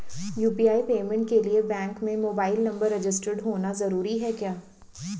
UPI payment के लिए bank में मोबाइल नंबर रजिस्टर्ड होना जरूरी है क्या?